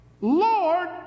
Lord